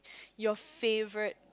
your favourite